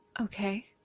Okay